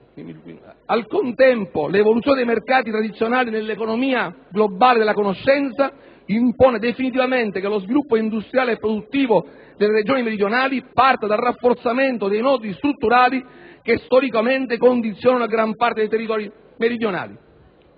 Al contempo, l'evoluzione dei mercati tradizionali nell'economia globale della conoscenza impone definitivamente che lo sviluppo industriale e produttivo delle Regioni meridionali parta dal rafforzamento dei nodi strutturali che storicamente condizionano gran parte dei territori del